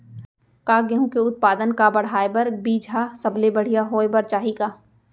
का गेहूँ के उत्पादन का बढ़ाये बर बीज ह सबले बढ़िया होय बर चाही का?